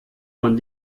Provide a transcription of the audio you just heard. man